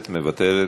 מוותרת.